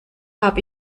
habe